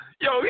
Yo